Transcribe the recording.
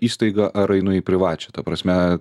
įstaigą ar einu į privačią ta prasme